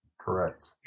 Correct